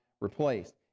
replaced